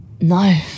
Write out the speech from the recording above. No